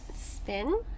spin